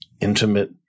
intimate